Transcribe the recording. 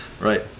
right